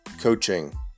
Coaching